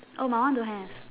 oh my one don't have